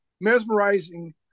mesmerizing